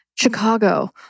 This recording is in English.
Chicago